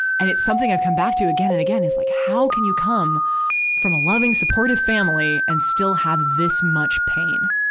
and it's something i've come back to again and again, is, like, how can you come from a loving, supportive family, and still have this much pain?